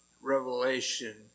Revelation